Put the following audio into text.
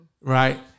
right